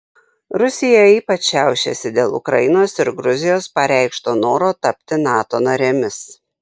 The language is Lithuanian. rusija ypač šiaušiasi dėl ukrainos ir gruzijos pareikšto noro tapti nato narėmis